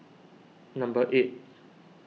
number eight